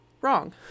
wrong